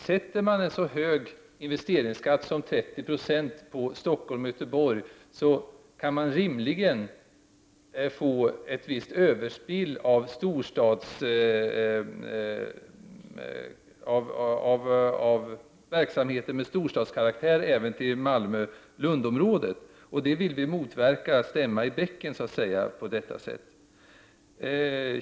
Sätter man en så hög investeringsskatt som 30 26 för Stockholm och Göteborg, kan man rimligen få ett visst överspill av verksamhet med storstadskaraktär även till Malmö-Lund-området. Det vill vi motverka, och vi vill stämma i bäcken på detta sätt.